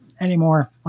anymore